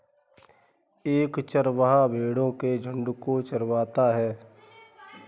एक चरवाहा भेड़ो के झुंड को चरवाता है